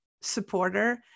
supporter